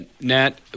Nat